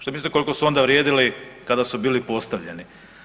Šta mislite koliko su onda vrijedili kada su bili postavljeni?